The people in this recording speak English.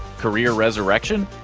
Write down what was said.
career resurrection?